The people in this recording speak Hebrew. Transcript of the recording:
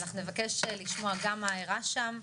אנחנו נבקש לשמוע גם מה אירע שם,